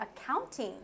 accounting